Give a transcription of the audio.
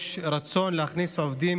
יש רצון להכניס עובדים,